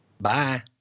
Bye